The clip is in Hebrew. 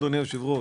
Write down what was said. אדוני היושב-ראש.